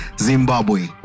Zimbabwe